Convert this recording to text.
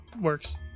works